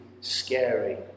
scary